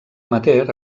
amateur